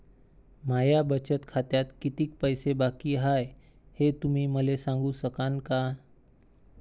माया बचत खात्यात कितीक पैसे बाकी हाय, हे तुम्ही मले सांगू सकानं का?